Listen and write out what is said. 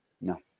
No